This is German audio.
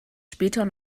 später